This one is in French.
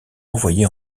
envoyée